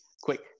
Quick